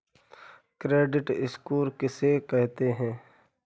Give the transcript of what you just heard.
Credit score किसे कहते हैं?